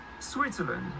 switzerland